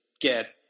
get